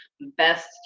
best